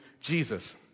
Jesus